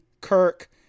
Kirk